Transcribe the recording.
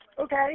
Okay